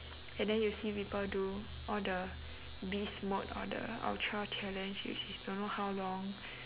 and then you see people do all the beast mode all the ultra challenge which is don't how long